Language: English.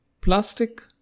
Plastic